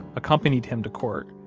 accompanied him to court,